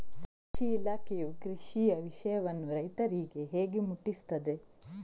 ಕೃಷಿ ಇಲಾಖೆಯು ಕೃಷಿಯ ವಿಷಯವನ್ನು ರೈತರಿಗೆ ಹೇಗೆ ಮುಟ್ಟಿಸ್ತದೆ?